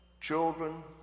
children